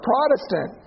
Protestant